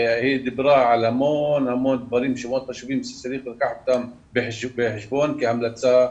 היא דיברה על המון דברים מאוד חשובים שצריך לקחת אותם בחשבון כהמלצה,